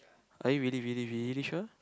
are you really really really sure